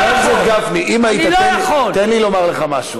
חבר הכנסת גפני, תן לי לומר לך משהו.